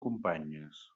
companyes